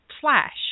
flash